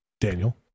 Daniel